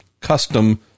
custom